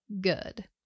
good